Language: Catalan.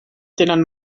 tenen